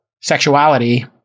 sexuality